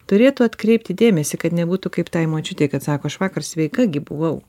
turėtų atkreipti dėmesį kad nebūtų kaip tai močiutei kad sako aš vakar sveika gi buvau